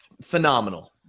phenomenal